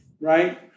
right